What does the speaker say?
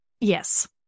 Yes